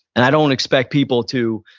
and i don't expect people to,